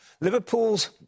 Liverpool's